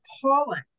appalling